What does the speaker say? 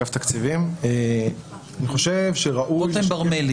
אני חושב שראוי